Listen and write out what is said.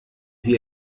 sie